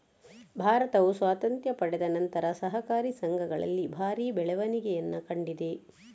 ಭಾರತವು ಸ್ವಾತಂತ್ರ್ಯ ಪಡೆದ ನಂತರ ಸಹಕಾರಿ ಸಂಘಗಳಲ್ಲಿ ಭಾರಿ ಬೆಳವಣಿಗೆಯನ್ನ ಕಂಡಿದೆ